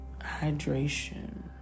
hydration